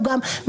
חברי הכנסת,